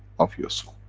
of your soul.